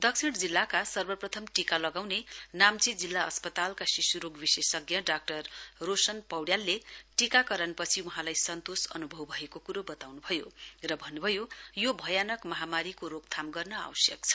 दक्षिण जिल्लाको सर्वप्रथम टीका लगाउने नाम्ची जिल्ला अस्पतालकी शिश् रोग विशेषज्ञ डाक्टर रोशनी पौड्यालले टीकाकरण पछि वहाँलाई सन्तोष अन्भव भएको क्रो बताउन् भयो र भन्न् भयो यो भयानक महामारीको रोकथाम गर्न आवश्यक छ